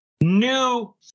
new